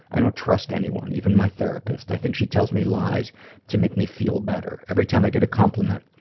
i don't trust anyone, even my therapist. i think she tells me lies to make me feel better. every time i get a compliment,